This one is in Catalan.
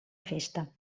festa